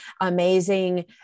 amazing